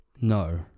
no